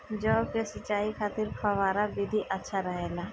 जौ के सिंचाई खातिर फव्वारा विधि अच्छा रहेला?